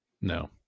No